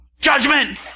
Judgment